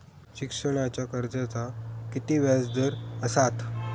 शिक्षणाच्या कर्जाचा किती व्याजदर असात?